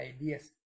ideas